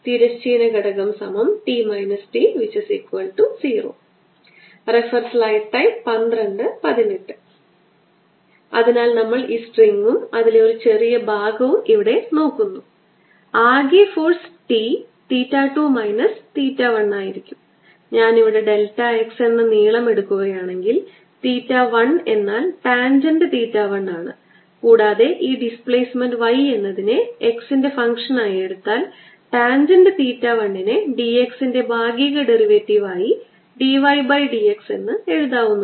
2αxxβyy 3γzz0 2αβ 3γ0 36 20 പ്രശ്ന number 7 charge വിതരണത്തിനായി ഒരു ഇലക്ട്രിക് ഫീൽഡ് നിങ്ങൾക്ക് നൽകിയിട്ടുള്ളതിനാൽ ചാർജ് വിതരണത്തിനുള്ള ഇലക്ട്രിക് ഫീൽഡ് നൽകിയിട്ടുണ്ട് ഇത് r ന്റെ ഗോളാകൃതിയിലുള്ള ദൂരമാണ് ഗോളാകൃതിയിലുള്ള ധ്രുവീയ കോർഡിനേറ്റുകൾ ഉപയോഗിക്കുന്നു